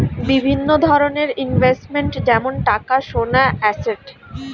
বিভিন্ন ধরনের ইনভেস্টমেন্ট যেমন টাকা, সোনা, অ্যাসেট